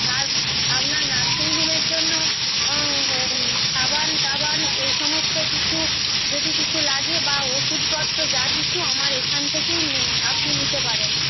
আর আপনার নার্সিং হোমের জন্য সাবান টাবান এ সমস্ত কিছু যদি কিছু লাগে বা ওষুধপত্র যা কিছু আমার এখান থেকেই আপনি নিতে পারেন